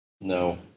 No